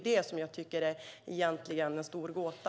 Det tycker jag är en stor gåta.